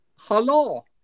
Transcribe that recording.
Hello